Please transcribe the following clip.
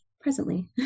presently